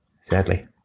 sadly